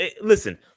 listen